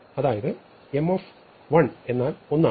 അതായത് M എന്നാൽ 1 ആണ്